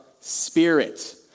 Spirit